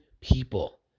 people